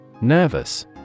Nervous